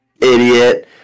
idiot